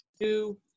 Two